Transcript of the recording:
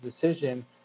decision